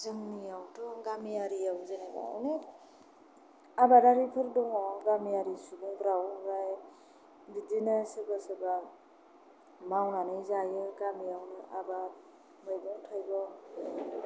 जोंनियावथ' गामिआरियाव जेनेबा अनेख आबादारिफोर दङ गामिआरि सुबुंफोराहाय बिदिनो सोरबा सोरबा मावनानै जायो गामियावनो आबाद मैगं थायगं